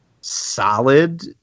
solid